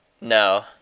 No